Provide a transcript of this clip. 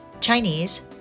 Chinese